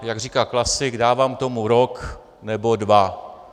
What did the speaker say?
Jak říká klasik: dávám tomu rok nebo dva.